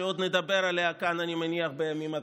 שאני מניח שעוד נדבר עליה כאן בימים הקרובים.